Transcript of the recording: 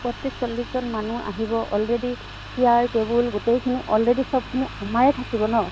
পঁইত্ৰিছ চল্লিছজন মানুহ আহিব অলৰেডি চিয়াৰ টেবুল গোটেইখিনি অলৰেডি চবখিনি আমাৰেেই থাকিব ন